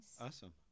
Awesome